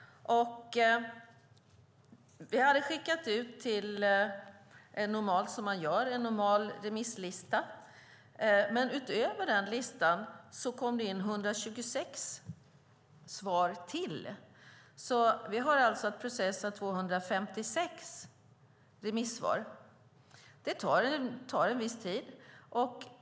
Vi hade skickat ärendet på remiss enligt en normal remisslista. Förutom svaren utifrån den listan fick vi in ytterligare 126 svar. Det innebär att vi har att processa 256 remissvar. Det tar en viss tid.